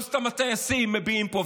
לא סתם הטייסים מביעים פה.